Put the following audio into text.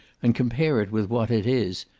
and compare it with what it is,